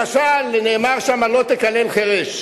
למשל, נאמר שם: לא תקלל חירש.